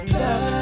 love